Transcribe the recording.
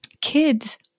kids